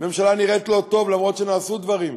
הממשלה לא נראית טוב, גם אם נעשו דברים.